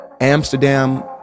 Amsterdam